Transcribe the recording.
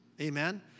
Amen